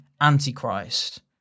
antichrist